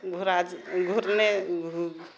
भूराज घुरने घू